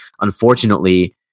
unfortunately